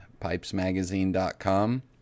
PipesMagazine.com